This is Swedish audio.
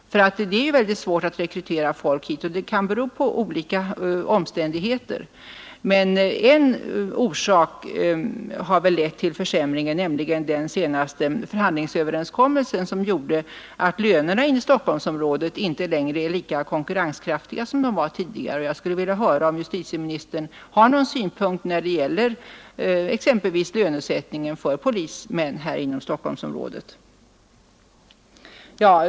Det är ju väldigt svårt att rekrytera folk hit, och det kan bero på olika omständigheter. En orsak till försämringen är väl den senaste förhandlingsöverenskommelsen, som gjorde att lönerna i Stockholmsområdet inte längre är lika konkurrenskraftiga som tidigare. Jag skulle vilja höra om justitieministern har någon synpunkt på exempelvis lönesättningen för polisen här i Stockholmsområdet.